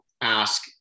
ask